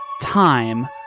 time